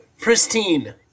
pristine